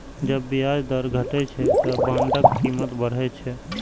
जब ब्याज दर घटै छै, ते बांडक कीमत बढ़ै छै